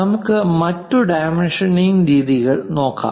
നമുക്ക് മറ്റ് ഡൈമെൻഷനിങ് രീതികൾ നോക്കാം